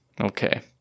Okay